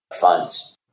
funds